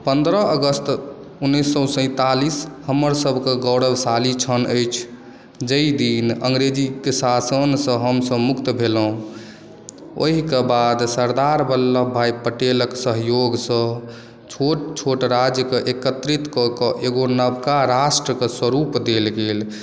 पन्द्रह अगस्त उन्नैस सए सैंतालिस हमरसभके गौरवशाली क्षण अछि जाहि दिन अंग्रेजीक शासनसँ हमसभ मुक्त भेलहुँ ओहिके बाद सरदार वल्लभ भाइ पटेलक सहयोगसँ छोट छोट राज्यकेँ एकत्रित कऽ कऽ एगो नवका राष्ट्रके स्वरूप देल गेल